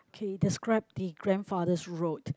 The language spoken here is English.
K describe the grandfather's road